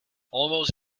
almost